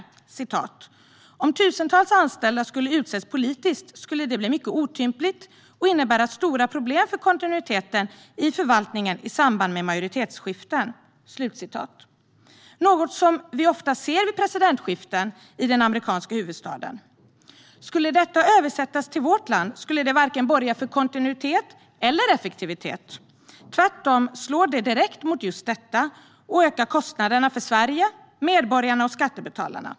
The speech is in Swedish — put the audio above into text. Han säger: "Om tusentals anställda skulle utses politiskt skulle det bli mycket otympligt och innebära stora problem för kontinuiteten i förvaltningen i samband med majoritetsskiften." Det är något som vi ofta ser vid presidentskiften i den amerikanska huvudstaden. Om detta skulle översättas till vårt land skulle det varken borga för kontinuitet eller effektivitet. Tvärtom slår det direkt mot just detta och ökar kostnaderna för Sverige, för medborgarna och för skattebetalarna.